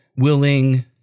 willing